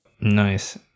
Nice